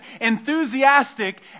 enthusiastic